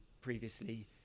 previously